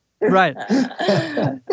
Right